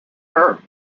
her